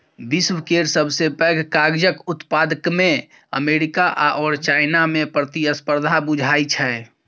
विश्व केर सबसे पैघ कागजक उत्पादकमे अमेरिका आओर चाइनामे प्रतिस्पर्धा बुझाइ छै